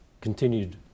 continued